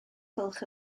gwelwch